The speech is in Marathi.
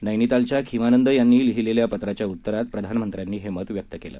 नैनीतालच्या खीमानंद यांनी लिहिलेल्या पत्राच्या उत्तरात प्रधानामंत्र्यांनी हे मत व्यक्त केलं